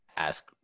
Ask